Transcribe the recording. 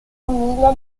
famiglia